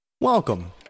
Welcome